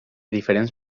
diferents